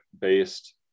based